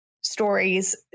stories